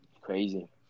crazy